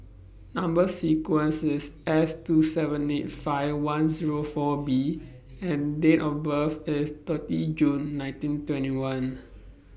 Number sequence IS S two seven eight five one Zero four B and Date of birth IS thirty June nineteen twenty one